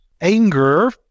anger